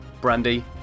Brandy